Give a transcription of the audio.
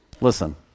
Listen